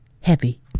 Heavy